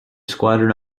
squadron